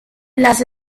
las